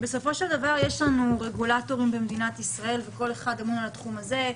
בסופו של דבר יש לנו רגולטורים במדינת ישראל וכל אחד אמון על התחום הזה.